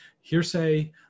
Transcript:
hearsay